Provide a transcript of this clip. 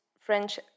French